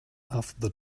after